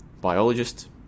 biologist